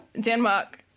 Denmark